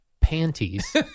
panties